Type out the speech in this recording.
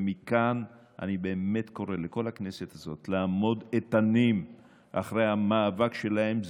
ומכאן אני באמת קורא לכל הכנסת הזאת לעמוד איתן מאחורי המאבק שלהם.